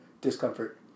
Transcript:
discomfort